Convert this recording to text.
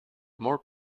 more